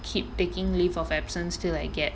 keep taking leave of absence till I get